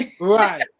right